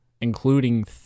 including